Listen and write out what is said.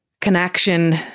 connection